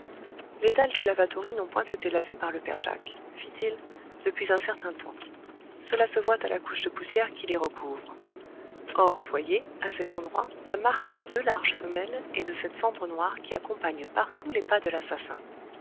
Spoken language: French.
les dalles du lavatory n'ont point été lavées par le père jacques fit-il depuis un certain temps cela se voit à la couche de poussière qui les recouvre or voyez à cet endroit la marque de deux larges semelles et de cette cendre noire qui accompagne partout les pas de l'assassin